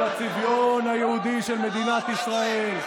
ולצביון היהודי של מדינת ישראל,